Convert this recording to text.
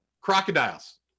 Crocodiles